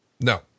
No